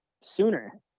sooner